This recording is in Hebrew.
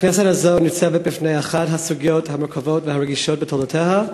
הכנסת הזאת ניצבת בפני אחת הסוגיות המורכבות והרגישות בתולדותיה: